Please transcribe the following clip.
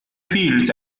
fields